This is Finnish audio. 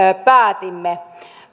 päätimme